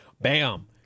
bam